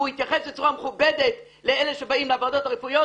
הוא יתייחס בצורה מכובדת לאלה שבאים לוועדות הרפואיות